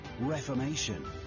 reformation